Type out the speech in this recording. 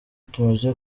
tumaze